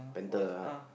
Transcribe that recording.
what's uh